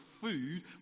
food